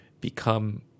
become